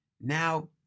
Now